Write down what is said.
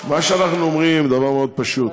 מה שאנחנו אומרים הוא דבר מאוד פשוט,.